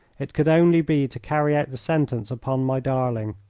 it could only be to carry out the sentence upon my darling.